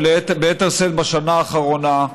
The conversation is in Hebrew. וביתר שאת בשנה האחרונה,